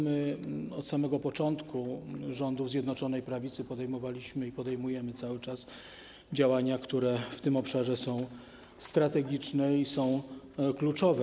My od samego początku rządów Zjednoczonej Prawicy podejmowaliśmy i podejmujemy cały czas działania, które w tym obszarze są strategiczne i kluczowe.